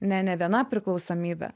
ne ne viena priklausomybe